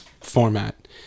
format